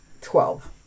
Twelve